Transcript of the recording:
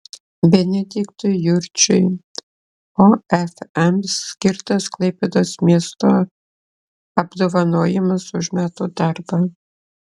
benediktui jurčiui ofm skirtas klaipėdos miesto apdovanojimas už metų darbą